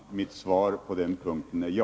Herr talman! Mitt svar på den punkten är ja.